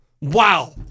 wow